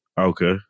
Okay